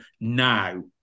now